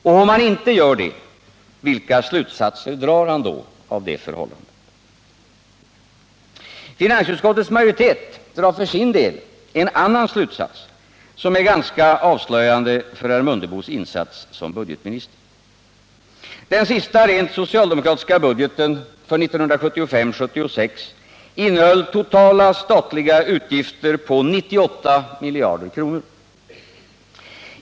Och om han inte gör det, vilka slutsatser drar han då av detta förhållande? Finansutskottets majoritet drar också en annan slutsats, som är ganska avslöjande för herr Mundebos insats som budgetminister. Den sista rent socialdemokratiska budgeten för 1975/76 innehöll totala statliga utgifter på 98 miljarder kronor.